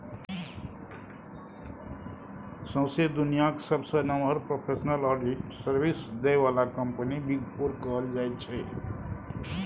सौंसे दुनियाँक सबसँ नमहर प्रोफेसनल आडिट सर्विस दय बला कंपनी बिग फोर कहल जाइ छै